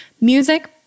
music